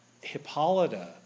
Hippolyta